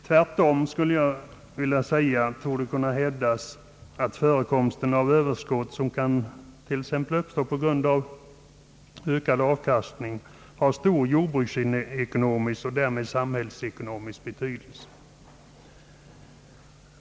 Tvärtom, skulle jag vilja säga, torde kunna hävdas att förekomsten av Överskott som kan uppstå t.ex. på grund av ökad avkastning har stor jordbruksekonomisk och därmed samhällsekonomisk betydelse.